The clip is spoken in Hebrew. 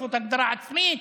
זכות הגדרה עצמית,